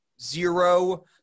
zero